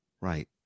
right